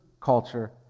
culture